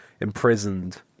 imprisoned